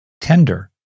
tender